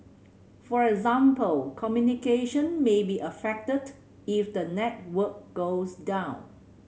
for example communication may be affected if the network goes down